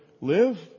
live